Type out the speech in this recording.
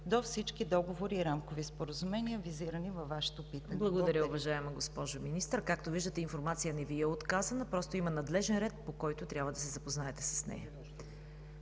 до всички договори и рамкови споразумения, визирани във Вашето питане. ПРЕДСЕДАТЕЛ ЦВЕТА КАРАЯНЧЕВА: Благодаря, уважаема госпожо Министър. Както виждате, информация не Ви е отказана, просто има надлежен ред, по който трябва да се запознаете с нея.